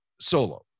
Solo